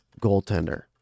goaltender